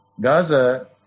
Gaza